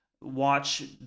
watch